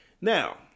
Now